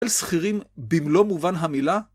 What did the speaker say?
אל סחירים במלוא מובן המילה?